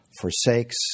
forsakes